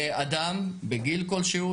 אדם בגיל כלשהו,